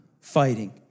fighting